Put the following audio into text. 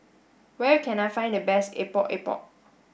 where can I find the best Epok Epok